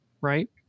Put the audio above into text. right